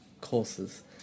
courses